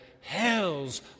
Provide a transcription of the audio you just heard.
hell's